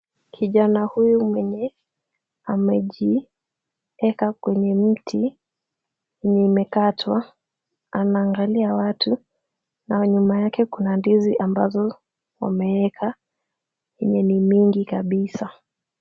Kijana huyu mwenye amejieka kwenye mti, yenye imekatwa, anaangalia watu, na nyuma yake kuna ndizi ambazo wameeka, zenye ni mingi kabisa.